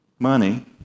money